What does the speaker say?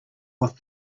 what